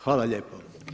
Hvala lijepo.